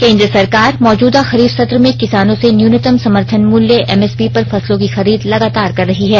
केन्द्र सरकार मौजूदा खरीफ सत्र में किसानों से न्यूनतम समर्थन मूल्य एमएसपी पर फसलों की खरीद लगातार कर रही हैं